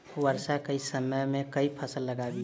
वर्षा केँ समय मे केँ फसल लगाबी?